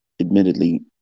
admittedly